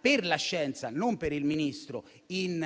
per la scienza, non per il Ministro, in